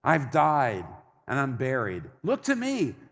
i've died and i'm buried. look to me,